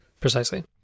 precisely